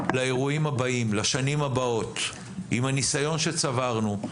לאירועים הבאים, לשנים הבאות, עם הניסיון שצברנו.